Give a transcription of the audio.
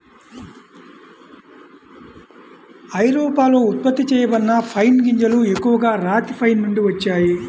ఐరోపాలో ఉత్పత్తి చేయబడిన పైన్ గింజలు ఎక్కువగా రాతి పైన్ నుండి వచ్చాయి